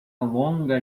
longa